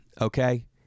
okay